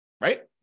right